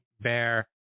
bear